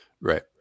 Right